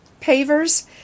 pavers